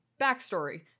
backstory